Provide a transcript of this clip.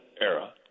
era